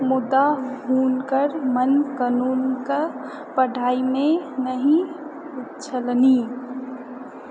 मुदा हुनकर मोन कानूनक पढ़ाईमे नहि छलनि